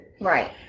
Right